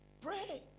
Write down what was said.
Pray